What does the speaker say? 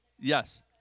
Yes